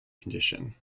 condition